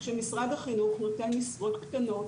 שמשרד החינוך נותן משרות קטנות?